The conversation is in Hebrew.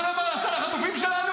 אתה יודע מה זה עשה לחטופים שלנו?